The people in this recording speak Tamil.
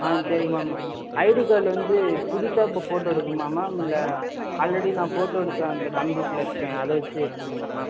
ஆ சரிங்க மேம் ஐடி கார்டில் வந்து புதுசாக இப்போ ஃபோட்டோ எடுக்கணுமா மேம் இல்லை ஆல்ரெடி நான் ஃபோட்டோ எடுத்த அந்த கம்பூட்டில் இருக்குமே அதை வெச்சு எடுத்துப்பீங்ளா மேம்